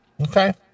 Okay